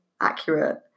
accurate